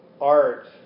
art